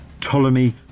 Ptolemy